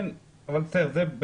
זה לא כתוב.